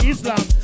Islam